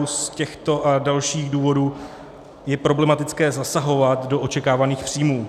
Z těchto a dalších důvodů je problematické zasahovat do očekávaných příjmů.